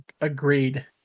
Agreed